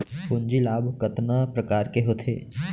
पूंजी लाभ कतना प्रकार के होथे?